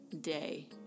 day